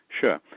sure